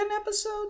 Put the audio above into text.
episode